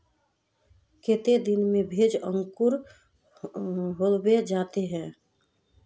केते दिन में भेज अंकूर होबे जयते है?